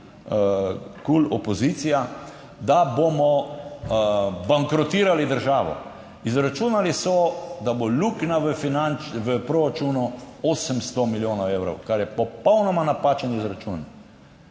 KUL opozicija, da bomo bankrotirali državo. Izračunali so, da bo luknja financ proračunu 800 milijonov evrov, kar je popolnoma napačen izračun.